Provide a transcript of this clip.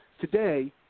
today